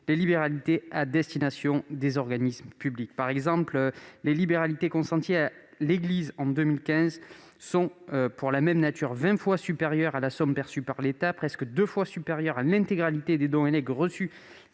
aux libéralités à destination des organismes publics. Ainsi, les libéralités consenties à l'Église en 2015 sont, pour la même nature, vingt fois supérieures à la somme perçue par l'État, presque deux fois supérieures à l'intégralité des dons et legs reçus